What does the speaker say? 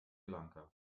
lanka